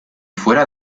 fuera